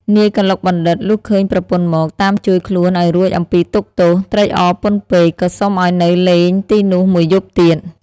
នាយកឡុកបណ្ឌិត លុះឃើញប្រពន្ធមក តាមជួយខ្លួនឲ្យរួចអំពីទុក្ខទោស ត្រេកអរពន់ពេក ក៏សុំឲ្យនៅលេងទីនោះមួយយប់ទៀត ។